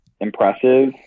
impressive